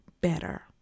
better